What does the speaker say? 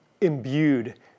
imbued